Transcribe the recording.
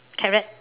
carrot